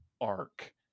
arc